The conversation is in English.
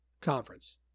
conference